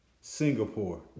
Singapore